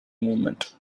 movement